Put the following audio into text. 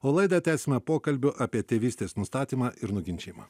o laidą tęsime pokalbiu apie tėvystės nustatymą ir nuginčijimą